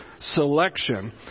selection